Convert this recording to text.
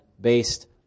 based